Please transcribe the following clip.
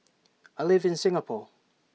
I live in Singapore